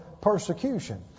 persecution